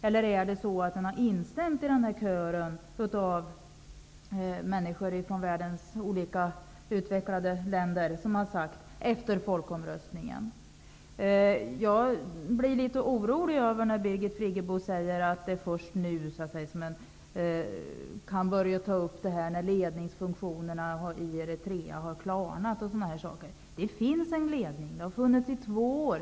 Eller har man instämt i kören av människor från världens utvecklade länder som har sagt ''efter folkomröstningen''? Jag blir litet orolig när Birgit Friggebo säger att man först nu kan börja ta upp detta när ledningsfunktionerna i Eritrea har klarnat. Det finns en ledning. Den har funnits i två år.